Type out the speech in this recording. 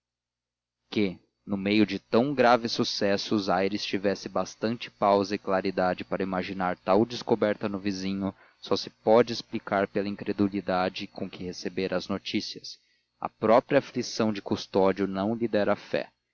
que em meio de tão graves sucessos aires tivesse bastante pausa e claridade para imaginar tal descoberta no vizinho só se pode explicar pela incredulidade com que recebera as notícias a própria aflição de custódio não lhe dera fé